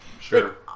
sure